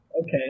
Okay